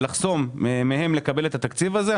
לא צריכים לחסום את מהם מלקבל את התקציב הזה.